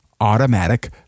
automatic